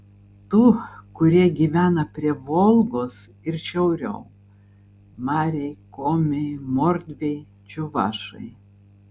tų kurie gyvena prie volgos ir šiauriau mariai komiai mordviai čiuvašai